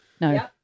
No